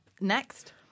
Next